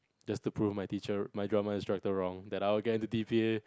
just to prove my teacher my drama instructor wrong that I will get into D_P_A